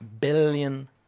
billion